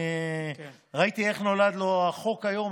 אני ראיתי איך נולד לו החוק היום,